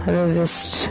resist